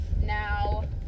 now